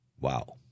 Wow